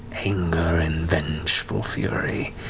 anger and vengeful fury.